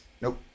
Nope